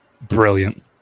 brilliant